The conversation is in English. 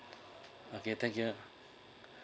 okay thank you